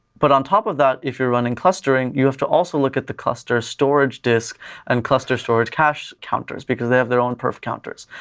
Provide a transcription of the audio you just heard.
but on top of that, if you're running clustering, you have to also look at the cluster storage disk and clusters storage cache counters because they have their own perf counters.